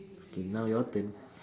okay now your turn